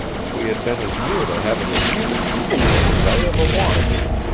and we had been as near to having a mutiny on board as i ever want to be.